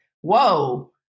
whoa